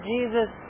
Jesus